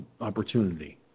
opportunity